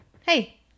Hey